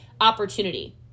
opportunity